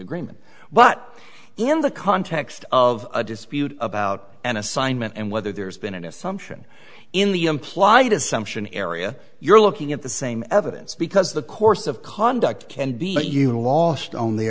agreement but in the context of a dispute about an assignment and whether there's been an assumption in the implied assumption area you're looking at the same evidence because the course of conduct